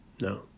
No